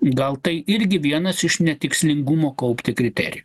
gal tai irgi vienas iš netikslingumo kaupti kriterijų